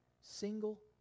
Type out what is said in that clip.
single